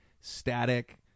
static